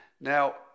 Now